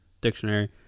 Dictionary